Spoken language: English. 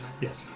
Yes